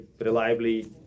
reliably